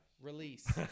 Release